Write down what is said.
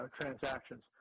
transactions